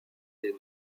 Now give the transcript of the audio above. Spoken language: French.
des